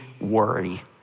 worry